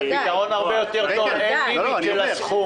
זה פתרון הרבה יותר טוב, אין limit של הסכום.